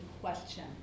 question